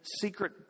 secret